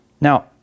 Now